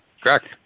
correct